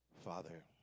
Father